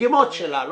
בדגימות שלה,